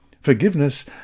Forgiveness